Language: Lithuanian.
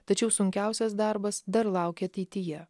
tačiau sunkiausias darbas dar laukia ateityje